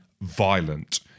violent